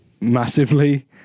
massively